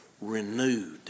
renewed